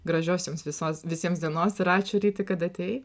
gražios jums visos visiems dienos ir ačiū ryti kad atėjai